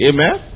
Amen